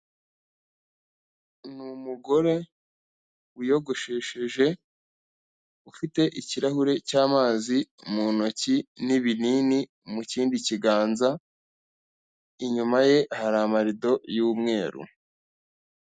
Ni umugore wiyogoshesheje ufite ikirahure cy'amazi mu ntoki n'ibinini mu kindi kiganza. Inyuma ye hari amarido y'umweru.